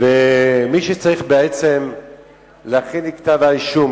ומי שצריך בעצם להכין את כתב-האישום,